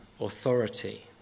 authority